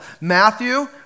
matthew